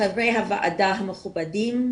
חברי הוועדה המכובדים,